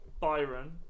Byron